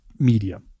Media